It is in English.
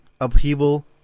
upheaval